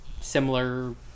similar